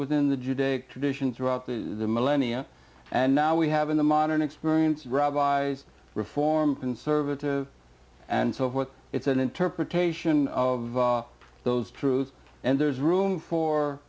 within the judaic tradition throughout the millennia and now we have in the modern experience rabbis reform conservative and so forth it's an interpretation of those truths and there's room for